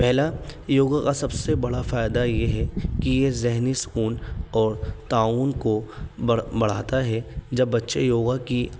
پہلا یوگا کا سب سے بڑا فائدہ یہ ہے کہ یہ ذہنی سکون اور تعاون کو بڑھ بڑھاتا ہے جب بچے یوگا کی